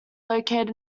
located